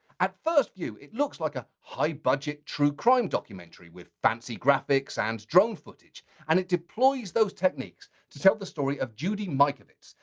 at first view, it looks like a high budget true crime documentary, with fancy graphics and drone footage. and it deploys those techniques to tell the story of judy mikovits,